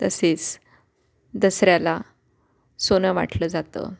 तसेच दसऱ्याला सोनं वाटलं जातं